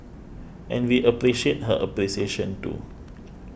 and we appreciate her appreciation too